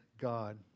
God